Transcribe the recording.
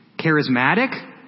charismatic